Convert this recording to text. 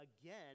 again